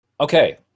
Okay